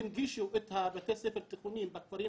כשהנגישו את בתי הספר התיכונים בכפרים